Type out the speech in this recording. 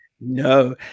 no